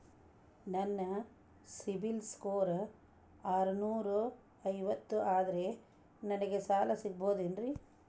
ನನ್ನ CIBIL score ಆರನೂರ ಐವತ್ತು ಅದರೇ ನನಗೆ ಸಾಲ ಸಿಗಬಹುದೇನ್ರಿ?